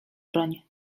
broń